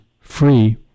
free